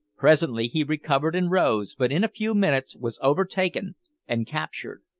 presently he recovered and rose, but in a few minutes was overtaken and captured.